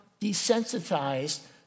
desensitized